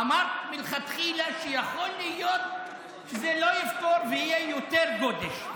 אמרת מלכתחילה שיכול להיות שזה לא יפתור ויהיה יותר גודש,